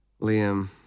Liam